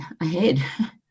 ahead